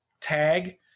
tag